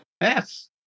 Yes